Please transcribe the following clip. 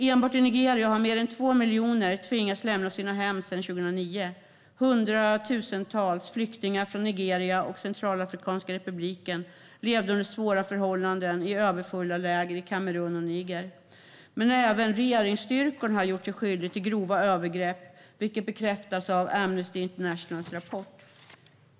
Enbart i Nigeria har mer än 2 miljoner tvingats lämna sina hem sedan 2009. Hundratusentals flyktingar från Nigeria och Centralafrikanska republiken lever under svåra förhållanden i överfulla läger i Kamerun och Niger. Men även regeringsstyrkorna har gjort sig skyldiga till grova övergrepp, vilket bekräftas av Amnesty Internationals rapport.